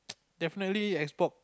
definitely X-Box